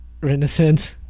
renaissance